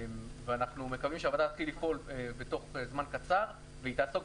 ואנחנו מקווים שהוועדה תתחיל לפעול בתוך זמן קצר והיא תעסוק,